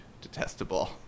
detestable